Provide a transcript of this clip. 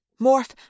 Morph